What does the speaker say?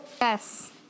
yes